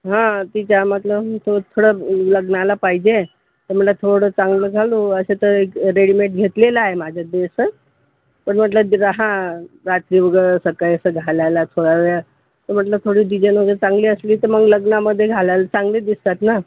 हा ती त्यामधलं थोडं लग्नाला पाहिजे तर म्हटलं थोडं चांगलं घालू असं तर एक रेडीमेड घेतलेला आहे आहे माझ्या ड्रेसवर पण म्हटलं डिझा हा रात्री वग सकाळी असं घालायला थोडा वेळ तर म्हटलं थोडी डिझाईन वगैरे चांगली असली तर मग लग्नामधे घालायला चांगली दिसतात ना